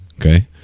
okay